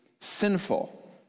sinful